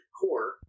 core